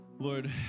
Lord